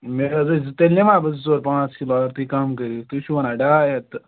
مےٚ حظ ٲسۍ زٕ تیٚلہِ نِمہ ہا بہٕ زٕ ژور پانٛژھ کِلوٗ اگر تُہۍ کَم کٔرِو تُہۍ چھُو وَنان ڈاے ہَتھ تہٕ